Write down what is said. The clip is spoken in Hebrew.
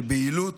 שביעילות